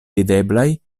videblaj